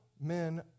men